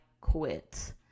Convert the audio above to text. quit